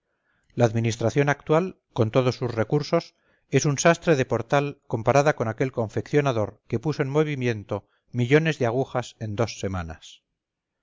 la administración actual con todos sus recursos es un sastre de portal comparada con aquel confeccionador que puso en movimiento millones de agujas en dos semanas